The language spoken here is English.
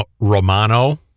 Romano